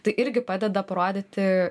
tai irgi padeda parodyti